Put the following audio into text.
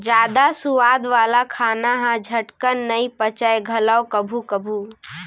जादा सुवाद वाला खाना ह झटकन नइ पचय घलौ कभू कभू